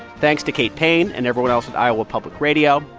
thanks to kate payne and everyone else at iowa public radio.